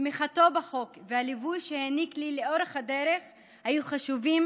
תמיכתו בחוק והליווי שהעניק לי לאורך הדרך היו חשובים,